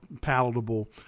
palatable